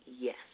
Yes